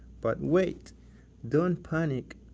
but wait don't panic,